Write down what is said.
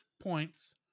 points